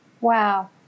wow